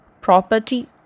property